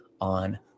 on